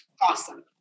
Awesome